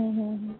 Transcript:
হুম হুম হুম